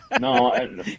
No